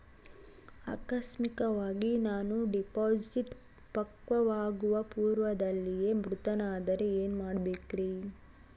ಆಕಸ್ಮಿಕವಾಗಿ ನಾನು ಡಿಪಾಸಿಟ್ ಪಕ್ವವಾಗುವ ಪೂರ್ವದಲ್ಲಿಯೇ ಮೃತನಾದರೆ ಏನು ಮಾಡಬೇಕ್ರಿ?